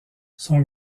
son